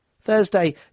Thursday